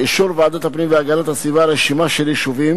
באישור ועדת הפנים והגנת הסביבה, רשימה של יישובים